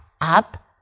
up